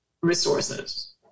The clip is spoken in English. resources